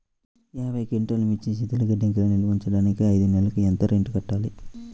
యాభై క్వింటాల్లు మిర్చి శీతల గిడ్డంగిలో నిల్వ ఉంచటానికి ఐదు నెలలకి ఎంత రెంట్ కట్టాలి?